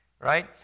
right